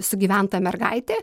sugyventa mergaitė